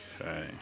Okay